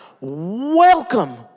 Welcome